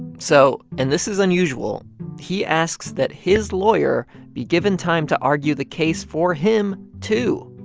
and so and this is unusual he asks that his lawyer be given time to argue the case for him, too,